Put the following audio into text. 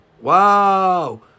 Wow